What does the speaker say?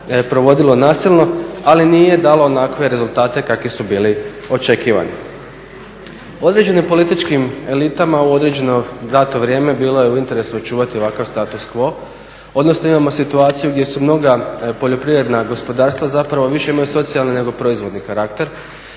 provodilo nasilno, ali nije dalo onakve rezultate kakvi su bili očekivani. Određenim političkim elitama u određeno dato vrijeme bilo je u interesu očuvati ovakav status quo, odnosno imamo situaciju gdje su mnoga poljoprivredna gospodarstva zapravo više imaju socijalni nego proizvodni karakter,